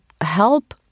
help